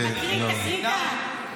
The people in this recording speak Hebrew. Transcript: תקריא את הסמכויות של השאוויש.